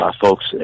folks